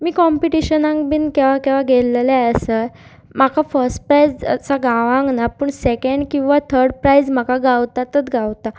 मी कॉम्पिटिशनाक बीन केवा केवा गेल्लेले आसय म्हाका फस्ट प्रायजसा गावक ना पूण सेकेंड किंवां थर्ड प्रायज म्हाका गावताच गावता